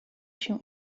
się